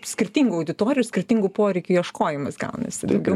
skirtingų auditorijų skirtingų poreikių ieškojimas gaunasi daugiau